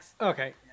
Okay